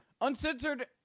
Uncensored